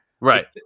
Right